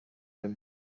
him